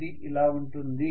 ఇది ఇలా ఉంటుంది